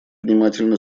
внимательно